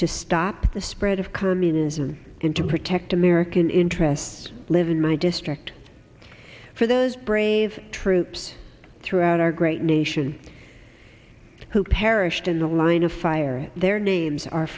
to stop the spread of communism in to protect american interests live in my district for those brave troops throughout our great nation who perished in the line of fire their names are